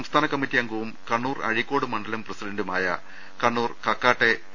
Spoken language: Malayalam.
സംസ്ഥാന കമ്മറ്റി അംഗവും കണ്ണൂർ അഴീക്കോട് മണ്ഡലം പ്രസിഡന്റുമായ കണ്ണൂർ കക്കാ ട്ടെ പി